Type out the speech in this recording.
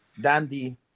Dandy